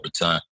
time